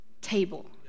table